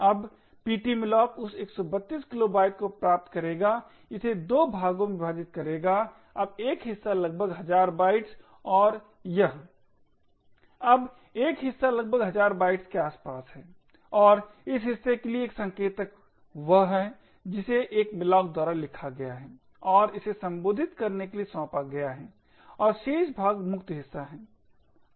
अब ptmalloc उस 132 kilobyte को प्राप्त करेगा इसे 2 भागों में विभाजित करेगा अब एक हिस्सा लगभग हजार बाइट्स और यह अब एक हिस्सा लगभग हज़ार बाइट्स के आसपास है और इस हिस्से के लिए एक संकेतक वह है जिसे एक malloc द्वारा लिखा गया है और इसे संबोधित करने के लिए सौंपा गया है तो शेष भाग मुक्त हिस्सा है